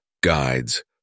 guides